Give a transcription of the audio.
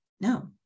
no